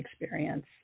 experience